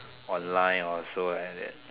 online or so like that